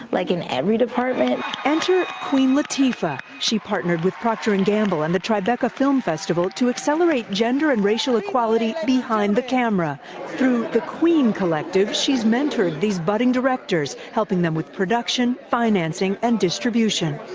like in every department? enter queen latifah. she partnered with proctor and gamble and the tribeca film festival to accelerate gender and racial equality behind the camera through the queen collective, she's mentored these budding directors directors helping them with production, financing and distribution.